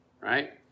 right